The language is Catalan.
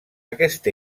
aquest